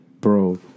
Bro